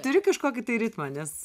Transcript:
turi kažkokį tai ritmą nes